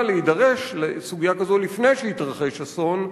להידרש לסוגיה כזו לפני שיתרחש אסון.